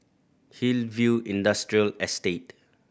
Hillview Industrial Estate